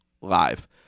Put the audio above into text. live